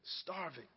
starving